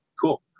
Cool